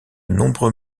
nombreux